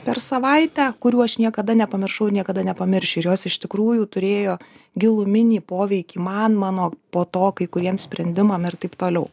per savaitę kurių aš niekada nepamiršau ir niekada nepamiršiu ir jos iš tikrųjų turėjo giluminį poveikį man mano po to kai kuriem sprendimam ir taip toliau